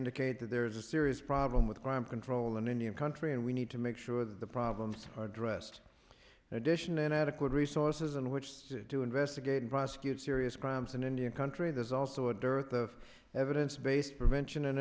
indicate that there is a serious problem with crime control in indian country and we need to make sure that the problems addressed in addition inadequate resources in which to investigate and prosecute serious crimes in indian country there's also a dearth of evidence based prevention and